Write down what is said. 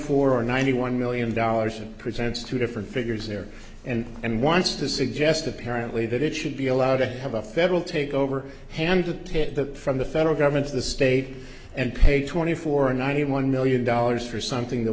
four ninety one million dollars and presents two different figures there and and wants to suggest apparently that it should be allowed to have a federal takeover handed pitt the from the federal government to the state and pay twenty four ninety one million dollars for something that